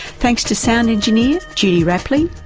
thanks to sound engineer judy rapley.